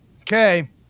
Okay